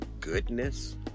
goodness